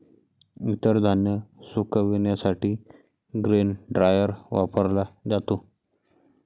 इतर धान्य सुकविण्यासाठी ग्रेन ड्रायर वापरला जातो